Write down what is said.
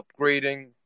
upgrading